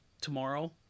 tomorrow